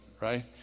right